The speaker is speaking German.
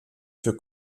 für